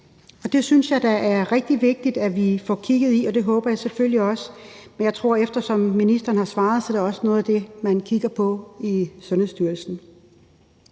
Jeg synes da, det er rigtig vigtigt, at vi får kigget på det, og det håber jeg selvfølgelig også vi gør, men jeg tror, at det, eftersom ministeren har svaret, også er noget af det, man kigger på i Sundhedsstyrelsen.